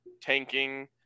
tanking